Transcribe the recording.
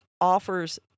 offers